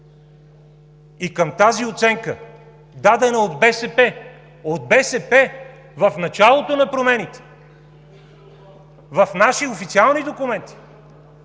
И към тази оценка, дадена от БСП в началото на промените в официални документи